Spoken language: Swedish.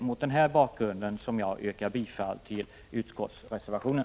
Mot den här bakgrunden yrkar jag bifall till reservationen.